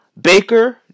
Baker